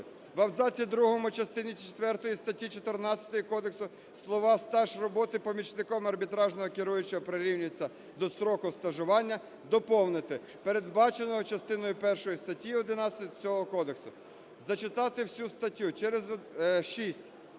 В абзаці другому частини четвертої статті 14 кодексу слова "стаж роботи помічником арбітражного керуючого прирівнюється до строку стажування" доповнити "передбаченого частиною першою статті 11 цього Кодексу". Зачитати всю статтю 6: